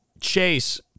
Chase